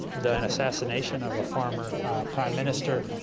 the and assassination of a former prime minister,